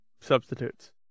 substitutes